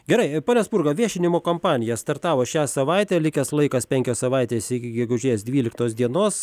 gerai pone spurga viešinimo kompanija startavo šią savaitę likęs laikas penkios savaitės iki gegužės dvyliktos dienos